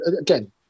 again